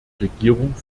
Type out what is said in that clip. regierung